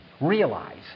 realize